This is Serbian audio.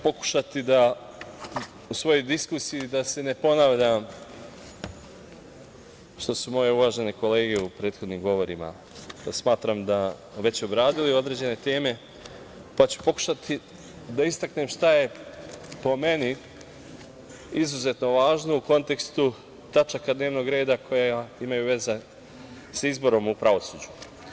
Pokušaću da u svojoj diskusiji sa ne ponavljam, što su moje uvažene kolege u prethodnim govorima već obradili određene teme, pa ću pokušati da istaknem šta je po meni izuzetno važno u kontekstu tačaka dnevnog reda koje imaju veze sa izborom u pravosuđu.